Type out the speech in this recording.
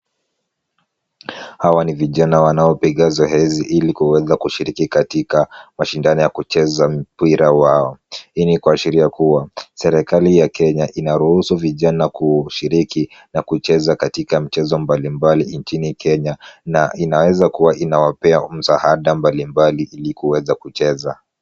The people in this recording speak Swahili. Hawa ni vijana wanaopiga zoezi ili kuweza kushiriki katika mashindano ya kucheza mpira wao. Hii ni kuashiria kuwa, serikali ya Kenya inaruhusu vijana kushiriki na kucheza katika mchezo mbalimbali nchini Kenya, na inaweza kuwa inawapea msaada mbalimbali ili kuweza kucheza.